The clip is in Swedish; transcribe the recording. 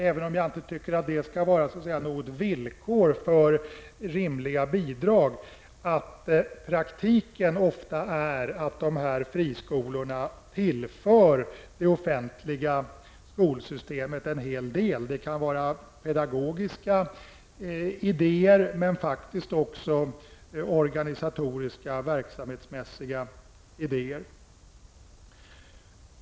Även om jag inte tycker att det skall vara ett villkor för rimliga bidrag, tror jag att det i praktiken ofta är så att friskolorna tillför det offentliga skolsystemet en hel del. Det kan vara pedagogiska idéer, men faktiskt också organisatoriska verksamhetsmässiga idéer.